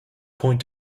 point